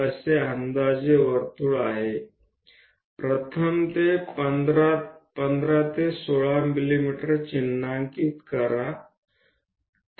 તો ચાલો આપણે સૌપ્રથમ 15 અને 16 ચિહ્નિત કરીએ